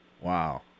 Wow